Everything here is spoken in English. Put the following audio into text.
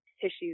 tissues